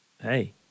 Hey